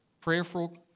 prayerful